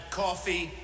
coffee